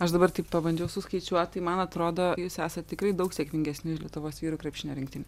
aš dabar taip pabandžiau suskaičiuot tai man atrodo jūs esat tikrai daug sėkmingesni už lietuvos vyrų krepšinio rinktinę